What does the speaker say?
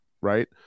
right